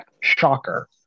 Shocker